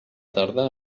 tarda